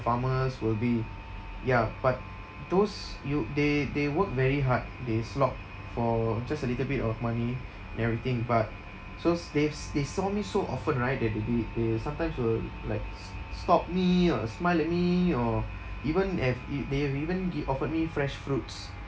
farmers will be ya but those you they they work very hard they slog for just a little bit of money and everything but so s~ they've s~ they saw me so often right they they the they sometimes will like s~ stopped me or smile at me or even have e~ they have even gi~ offered me fresh fruits